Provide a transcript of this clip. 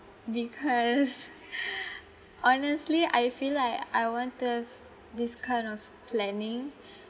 because honestly I feel like I want to have this kind of planning